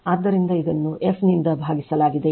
ಆದ್ದರಿಂದ ಇದನ್ನು F ನಿಂದ ಭಾವಿಸಲಾಗಿದೆ